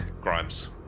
grimes